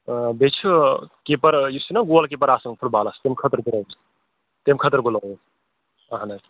آ بیٚیہِ چھُ کیٖپَر یُس چھُنا گول کیٖپَر آسَن فُٹ بالَس تَمہِ خٲطرٕ گُلووُز تَمہِ خٲطرٕ گُلووُز اہَن حظ